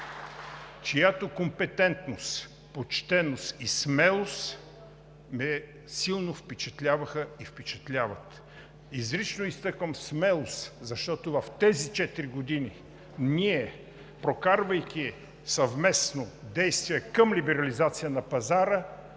чиято компетентност, почтеност и смелост силно ме впечатляваха и впечатляват. Изрично изтъквам: смелост, защото в тези четири години ние, прокарвайки съвместно действия към либерализация на пазара,